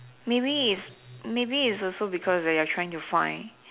maybe if maybe it's also because like you're also trying to find